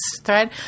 thread